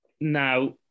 Now